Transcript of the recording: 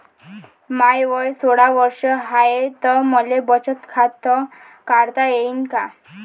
माय वय सोळा वर्ष हाय त मले बचत खात काढता येईन का?